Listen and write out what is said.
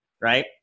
right